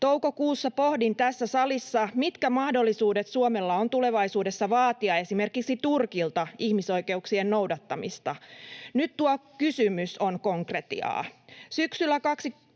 Toukokuussa pohdin tässä salissa, mitkä mahdollisuudet Suomella on tulevaisuudessa vaatia esimerkiksi Turkilta ihmisoikeuksien noudattamista. Nyt tuo kysymys on konkretiaa.